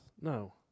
No